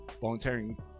volunteering